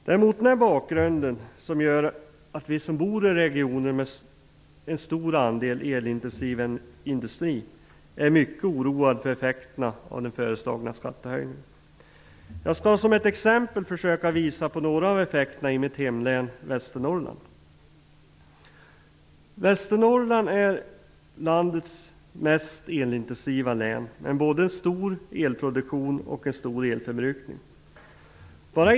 Det är den här bakgrunden som gör att vi som bor i regioner med en stor andel elintensiv industri är mycket oroade för effekterna av den föreslagna skattehöjningen. Jag skall som ett exempel försöka att visa på några av effekterna i mitt hemlän Västernorrland. Västernorrland är landets mest elintensiva län, med både stor elproduktion och stor elförbrukning.